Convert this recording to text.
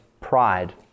pride